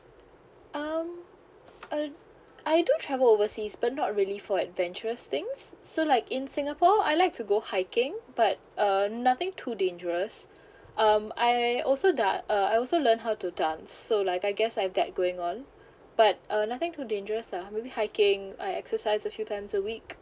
um uh I do travel overseas but not really for adventurous things so like in singapore I like to go hiking but uh nothing too dangerous um I also da~ uh I also learn how to dance so like I guess I've that going on but uh nothing too dangerous lah maybe hiking I exercise a few times a week